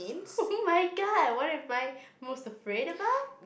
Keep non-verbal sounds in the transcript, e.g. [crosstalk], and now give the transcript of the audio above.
[laughs] oh-my-god what am I most afraid about